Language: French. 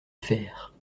faire